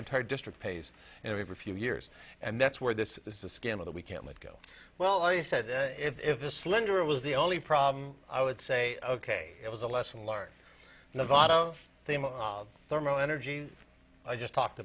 entire district pays in every few years and that's where this is a scandal that we can't let go well i said if this lender was the only problem i would say ok it was a lesson learned nevada thermal energy i just talked